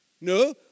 No